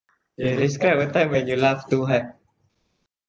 K describe a time when you laughed too hard